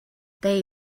they